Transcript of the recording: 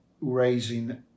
raising